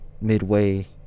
midway